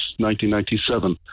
1997